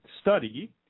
Study